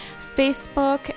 facebook